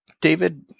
David